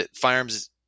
firearms